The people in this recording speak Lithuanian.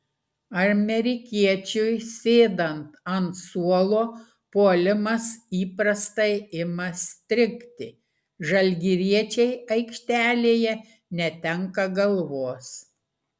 amerikiečiui sėdant ant suolo puolimas įprastai ima strigti žalgiriečiai aikštelėje netenka galvos